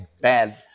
bad